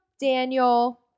Daniel